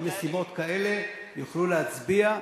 ומסיבות כאלה הם יוכלו להצביע.